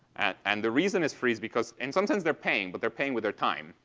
and and the reason it's free is because and sometimes they're paying, but they're paying with their time.